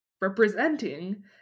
representing